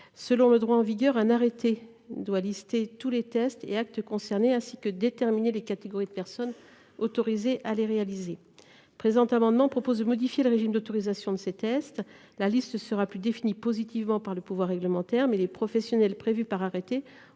Selon le droit en vigueur, un arrêté doit dresser la liste de tous les tests et actes concernés et déterminer les catégories de personnes autorisées à les réaliser. Le présent amendement tend à modifier le régime d'autorisation de ces tests : la liste ne sera plus définie positivement par le pouvoir réglementaire, mais les professionnels prévus par arrêté